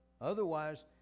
Otherwise